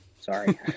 sorry